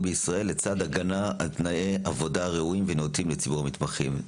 בישראל לצד הגנה על תנאי עבודה ראויים ונאותים לציבור המתמחים.